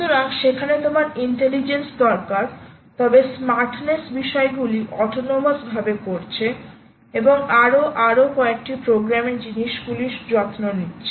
সুতরাং সেখানে তোমার ইন্টেলিজেন্স দরকার তবে স্মার্টনেস বিষয়গুলি অটোনমাস ভাবে করছে এবং আরও আরও কয়েকটি প্রোগ্রামের জিনিসগুলির যত্ন নিচ্ছে